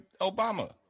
Obama